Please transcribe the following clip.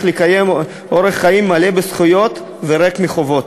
לקיים אורח חיים מלא בזכויות וריק מחובות?